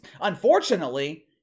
Unfortunately